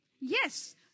yes